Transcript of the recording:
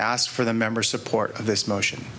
asked for the member support of this motion